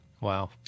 Wow